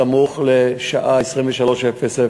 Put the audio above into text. סמוך לשעה 23:00,